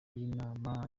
y’inama